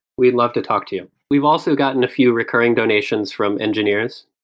we'd love to talk to you we've also gotten a few recurring donations from engineers.